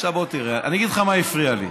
אני אגיד לך מה הפריע לי.